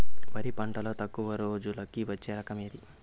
వరి పంటలో తక్కువ రోజులకి వచ్చే రకం ఏది?